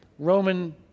roman